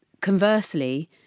conversely